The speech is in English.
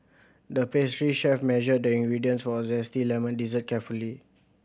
the pastry chef measured the ingredients for a zesty lemon dessert carefully